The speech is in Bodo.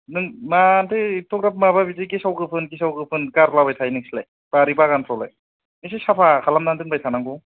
नों मानोथो एथ'ग्राफ माबा बिदि गेसाव गोफोन गेसाव गोफोन गारलाबाय थायो नोंसोरलाय बारि बागानफ्रावलाय एसे साफा खालामनानै दोनबाय थानांगौ